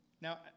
Now